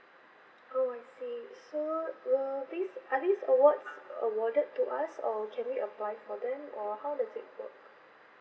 oh I see so will these are these awards awarded to us or can we apply for them or how does it work